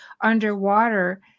underwater